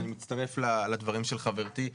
ואני מצטרף לדברים של חברתי,